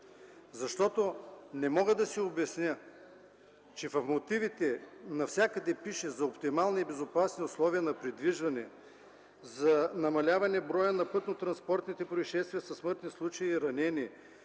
защото не мога да си обясня, че в мотивите навсякъде пише за оптимални и безопасни условия на придвижване, за намаляване броя на пътнотранспортните произшествия със смъртни случаи и ранени,